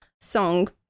song